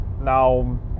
Now